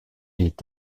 est